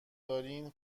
دارین